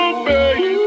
baby